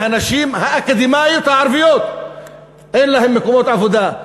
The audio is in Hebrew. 50% מהנשים האקדמאיות הערביות אין להן מקומות עבודה,